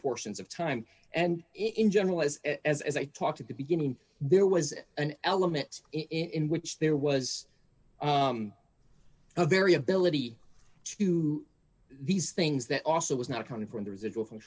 portions of time and in general was as i talked at the beginning there was an element in which there was a variability to these things that also was not coming from the residual from